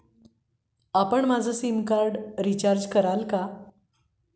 आपण माझं sim card recharge कराल का?